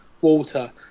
water